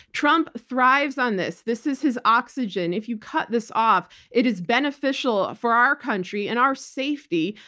trump thrives on this. this is his oxygen. if you cut this off, it is beneficial for our country and our safety,